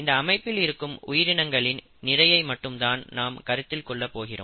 இந்த அமைப்பில் இருக்கும் உயிரினங்களின் நிறையை மட்டும் தான் நாம் கருத்தில் கொள்ள போகிறோம்